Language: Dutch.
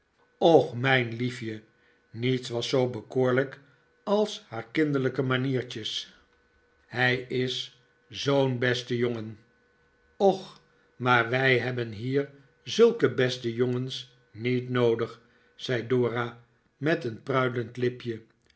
och mijn liefje niets was zoo bekoorlijk als haar kinderlijke maniertjes hij is zoo'n beste jongen o r maar wij hebben hier zulke beste jongens niet noodig zei dora met een pruilend lipje